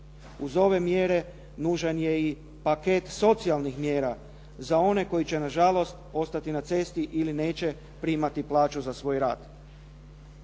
Uz ove mjere, nužan je i paket socijalnih mjera za one koji će nažalost ostati na cesti ili neće primati plaću za svoj rad.